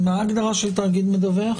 מה ההגדרה של תאגיד מדווח?